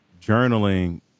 journaling